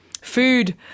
food